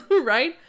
right